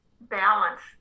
balance